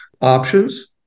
options